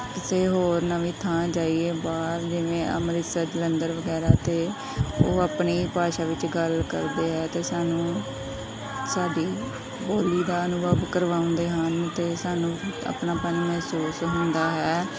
ਕਿਸੇ ਹੋਰ ਨਵੀਂ ਥਾਂ ਜਾਈਏ ਬਾਹਰ ਜਿਵੇਂ ਅੰਮ੍ਰਿਤਸਰ ਜਲੰਧਰ ਵਗੈਰਾ ਅਤੇ ਉਹ ਆਪਣੀ ਭਾਸ਼ਾ ਵਿੱਚ ਗੱਲ ਕਰਦੇ ਹੈ ਅਤੇ ਸਾਨੂੰ ਸਾਡੀ ਬੋਲੀ ਦਾ ਅਨੁਭਵ ਕਰਵਾਉਂਦੇ ਹਨ ਅਤੇ ਸਾਨੂੰ ਆਪਣਾਪਨ ਮਹਿਸੂਸ ਹੁੰਦਾ ਹੈ